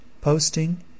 posting